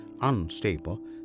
unstable